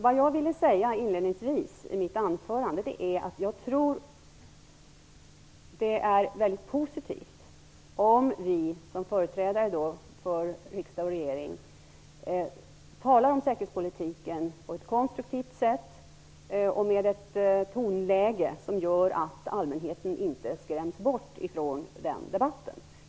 Vad jag ville säga inledningsvis i mitt anförande är att jag tror att det är väldigt positivt om vi som företrädare för riksdag och regering talar om säkerhetspolitiken på ett konstruktivt sätt och med ett tonläge som gör att allmänheten inte skräms bort från debatten.